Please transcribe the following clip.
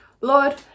Lord